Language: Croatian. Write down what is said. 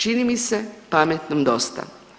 Čini mi se pametnom dosta.